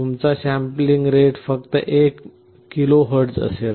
तुमचा sampling rate फक्त 1 KHz असेल